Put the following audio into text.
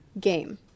game